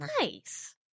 nice